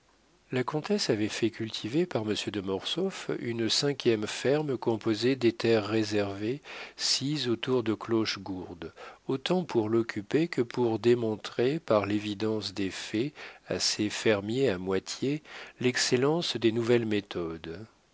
la comtesse avait fait cultiver par monsieur de mortsauf une cinquième ferme composée des terres réservées sises autour de clochegourde autant pour l'occuper que pour démontrer par l'évidence des faits à ses fermiers à moitié l'excellence des nouvelles méthodes